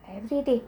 everyday